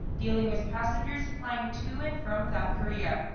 dealing with passengers flying to and from south korea.